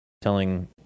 telling